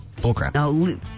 bullcrap